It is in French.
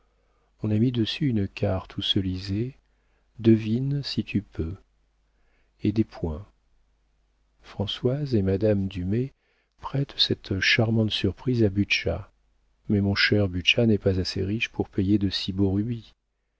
on a mis dessus une carte où se lisait devine si tu peux et des points françoise et madame dumay prêtent cette charmante surprise à butscha mais mon cher butscha n'est pas assez riche pour payer de si beaux